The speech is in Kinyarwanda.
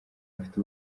bafite